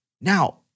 Now